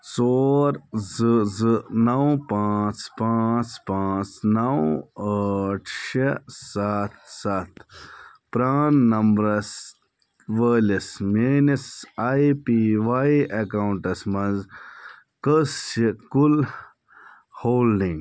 ژور زٕ زٕ نو پانٛژھ پانژھ پانژھ نو ٲٹھ شیٚے سَتھ سَتھ پران نمبرس وٲلِس میٲنِس آی پی وائی اکاؤنٹس مَنٛز کٕژ چھِ کُل ہولڈنگ